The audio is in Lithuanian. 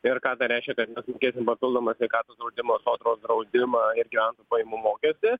ir ką tai reiškia kad mes mokėsim papildomą sveikatos draudimą sodros draudimą ir gyventojų pajamų mokestį